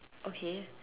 okay